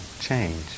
change